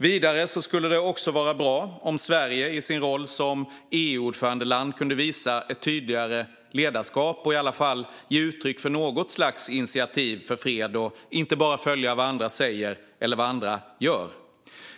Vidare skulle det också vara bra om Sverige i sin roll som EU-ordförandeland kunde visa ett tydligare ledarskap och i alla fall ge uttryck för något slags initiativ för fred och inte bara följa vad andra säger eller gör.